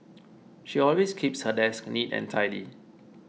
she always keeps her desk neat and tidy